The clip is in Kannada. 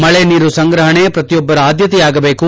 ಮಳೆ ನೀರು ಸಂಗ್ರಹಣೆ ಪ್ರತಿಯೊಬ್ಬರ ಆದ್ಯತೆಯಾಗಬೇಕು